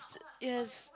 is